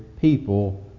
people